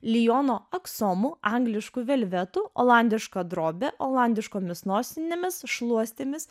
lijono aksomu anglišku velvetu olandiška drobe olandiškomis nosinėmis šluostėmis